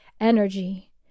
energy